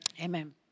amen